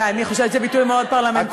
אני חושבת שזה ביטוי מאוד פרלמנטרי.